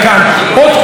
חבר הכנסת גנאים,